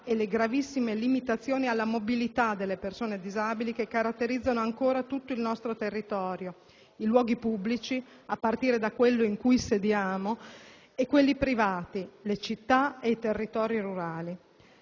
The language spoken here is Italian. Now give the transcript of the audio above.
e le gravissime limitazioni alla mobilità che caratterizzano ancora tutto il nostro territorio, i luoghi pubblici - a partire da quello in cui sediamo - e quelli privati, le città ed i territori rurali.